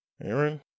Aaron